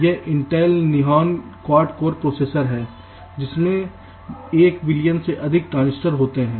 यह Intel Nehalem Quad Core processor है जिसमें 1 बिलियन से अधिक ट्रांजिस्टर होते हैं